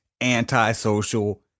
antisocial